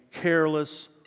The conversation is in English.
careless